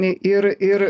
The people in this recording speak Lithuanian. ir ir